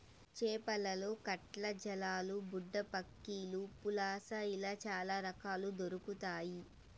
చేపలలో కట్ల, జల్లలు, బుడ్డపక్కిలు, పులస ఇలా చాల రకాలు దొరకుతాయి